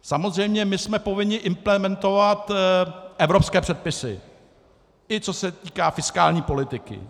Samozřejmě my jsme povinni implementovat evropské předpisy, i co se týká fiskální politiky.